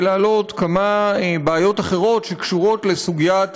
להעלות כמה בעיות אחרות שקשורות לסוגיית